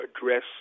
address